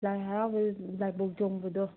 ꯂꯥꯏ ꯍꯥꯔꯥꯎꯕꯩ ꯂꯥꯏꯕꯧ ꯆꯣꯡꯕꯗꯣ